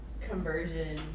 conversion